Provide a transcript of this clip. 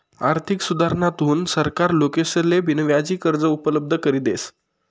आर्थिक सुधारणाथून सरकार लोकेसले बिनव्याजी कर्ज उपलब्ध करी देस